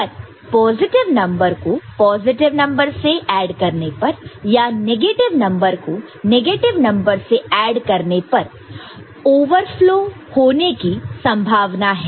पर positive number को positive number से ऐड करने पर या नेगेटिव नंबर को नेगेटिव नंबर से ऐड करने पर ओवरफ्लो होने की संभावना है